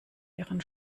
ihren